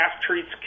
treats